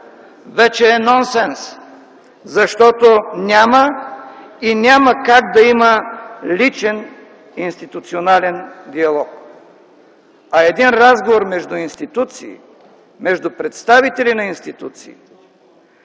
вече е нонсенс, защото няма и няма как да има личен институционален диалог, а един разговор между институции,